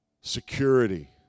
Security